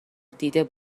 دیده